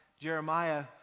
Jeremiah